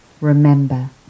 Remember